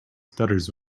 stutters